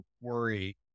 worry